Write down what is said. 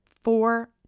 four